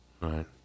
Right